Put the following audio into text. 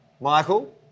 Michael